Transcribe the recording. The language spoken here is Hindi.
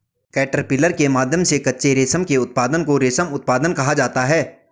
कैटरपिलर के माध्यम से कच्चे रेशम के उत्पादन को रेशम उत्पादन कहा जाता है